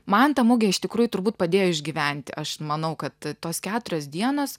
man ta mugė iš tikrųjų turbūt padėjo išgyventi aš manau kad tos keturios dienos